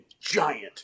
giant